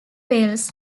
wales